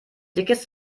dickes